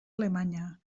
alemanya